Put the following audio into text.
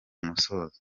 musozo